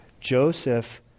Joseph